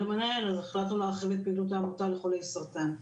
המנהל אז החלטנו להרחיב את פעילות העמותה לחולי סרטן.